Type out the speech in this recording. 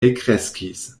elkreskis